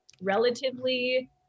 relatively